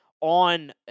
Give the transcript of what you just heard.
on